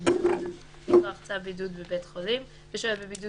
בידוד מכוח צו בידוד בבית חולים ושוהה בבידוד